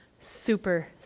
super